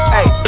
Hey